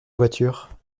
voiture